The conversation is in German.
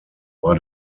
war